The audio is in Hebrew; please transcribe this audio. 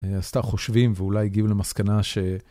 עשתה חושבים ואולי הגיעו למסקנה ש...